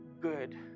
good